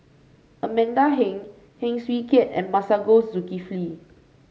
Amanda Heng Heng Swee Keat and Masagos Zulkifli